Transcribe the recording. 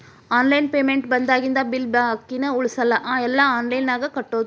online payment ಬಂದಾಗಿಂದ bill ಬಾಕಿನ ಉಳಸಲ್ಲ ಎಲ್ಲಾ ಆನ್ಲೈನ್ದಾಗ ಕಟ್ಟೋದು